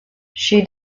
she